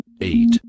eight